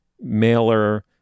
mailer